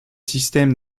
systèmes